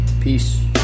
peace